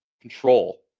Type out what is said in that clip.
control